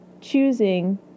choosing